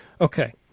Okay